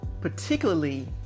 particularly